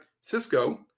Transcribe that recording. Cisco